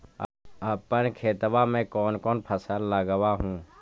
अपन खेतबा मे कौन कौन फसल लगबा हू?